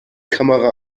kamera